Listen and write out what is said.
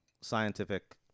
scientific